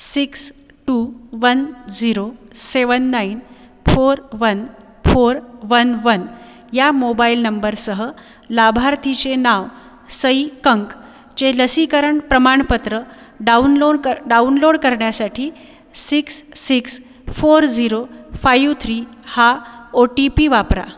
six two one zero seven nine four one four one one या mobile नंबरसह लाभार्थीचे नाव सई कंकचे लसीकरण प्रमाणपत्र डाऊनलोण कर डाऊनलोड करण्यासाठी six six four zero five three हा ओ टी पी वापरा